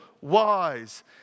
wise